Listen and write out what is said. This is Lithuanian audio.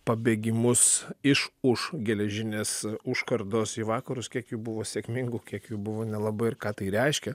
pabėgimus iš už geležinės užkardos į vakarus kiek jų buvo sėkmingų kiek jų buvo nelabai ir ką tai reiškia